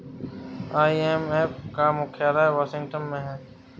IMF का मुख्यालय Washington में है